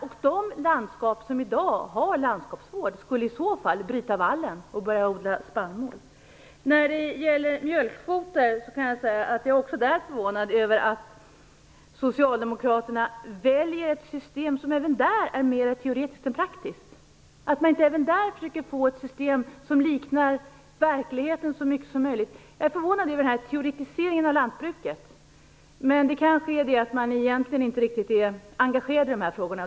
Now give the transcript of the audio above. I det landskap där man i dag har landskapsvård skulle man i så fall bryta vallen och börja odla spannmål. När det gäller mjölkkvoter är jag också förvånad över att socialdemokraterna väljer ett system som är mera teoretiskt än praktiskt. Jag är förvånad över att man inte även där försöker få ett system som liknar verkligheten så mycket som möjligt. Jag är förvånad över teoretiseringen av lantbruket. Men det kanske är så att man egentligen inte är riktigt engagerad i dessa frågor.